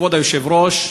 כבוד היושב-ראש,